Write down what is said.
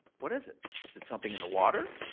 what is it? is it something in the water?